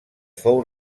fou